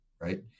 right